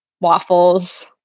waffles